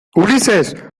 ulises